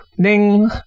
Ding